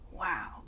wow